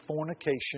fornication